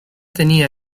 tenía